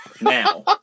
now